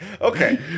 Okay